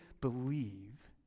believe